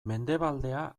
mendebaldea